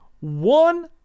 One